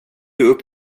upp